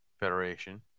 Federation